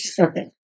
Okay